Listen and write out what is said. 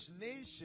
nation